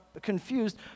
confused